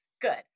Good